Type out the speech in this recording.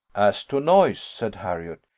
as to noise said harriot,